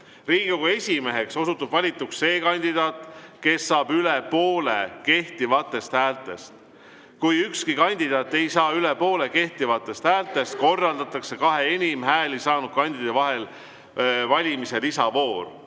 esimeheks osutub valituks see kandidaat, kes saab üle poole kehtivatest häältest. Kui ükski kandidaat ei saa üle poole kehtivatest häältest, korraldatakse kahe enim hääli saanud kandidaadi vahel valimise lisavoor.